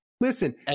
Listen